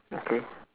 okay